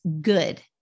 good